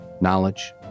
knowledge